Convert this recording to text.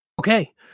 Okay